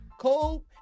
Cole